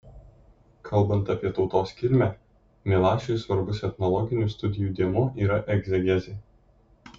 kalbant apie tautos kilmę milašiui svarbus etnologinių studijų dėmuo yra egzegezė